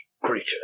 creature